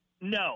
No